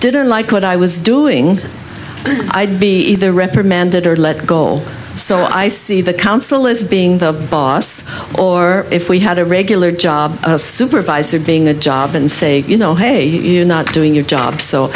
didn't like what i was doing i'd be reprimanded or let goal so i see the council as being the boss or if we had a regular job supervisor being a job and say you know hey you're not doing your job so